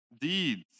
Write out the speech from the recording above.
deeds